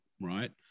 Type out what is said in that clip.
right